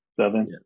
seven